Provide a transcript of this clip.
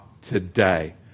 today